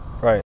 right